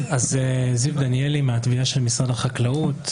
אני זיו דניאלי, מהתביעה של משרד החקלאות.